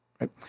right